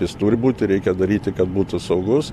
jis turi būti reikia daryti kad būtų saugus